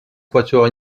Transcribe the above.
quatuor